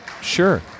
Sure